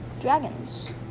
Dragons